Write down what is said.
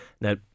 now